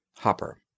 Hopper